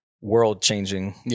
world-changing